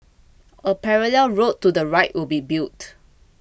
a parallel road to the right will be built